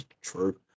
True